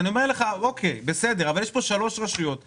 אני חייב להגיד לך, ידידי היקר יושב-ראש הוועדה